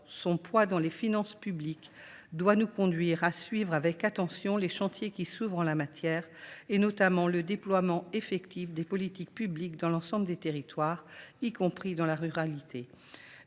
son poids dans les finances publiques doit nous conduire à suivre avec attention les chantiers qui s’ouvrent en la matière, notamment le déploiement effectif des politiques publiques dans l’ensemble des territoires, y compris dans la ruralité.